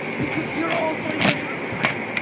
because you're also in your halftime.